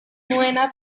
nuena